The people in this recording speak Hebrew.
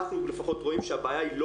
אנחנו לפחות רואים שהבעיה היא לא